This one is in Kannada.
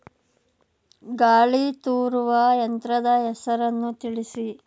ಗಾಳಿ ತೂರುವ ಯಂತ್ರದ ಹೆಸರನ್ನು ತಿಳಿಸಿ?